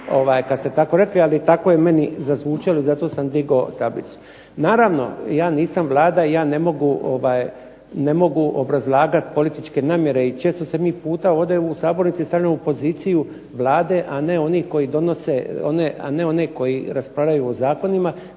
kad ste tako rekli, ali tako je meni zazvučalo i zato sam digao tablicu. Naravno, ja nisam Vlada i ja ne mogu obrazlagati političke namjere i često se mi puta ovdje u sabornici stavljamo u poziciju Vlade a ne one koji raspravljaju o zakonima,